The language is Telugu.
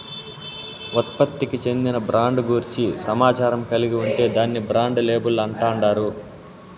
ఉత్పత్తికి చెందిన బ్రాండ్ గూర్చి సమాచారం కలిగి ఉంటే దాన్ని బ్రాండ్ లేబుల్ అంటాండారు